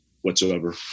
whatsoever